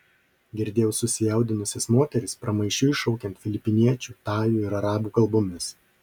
girdėjau susijaudinusias moteris pramaišiui šaukiant filipiniečių tajų ir arabų kalbomis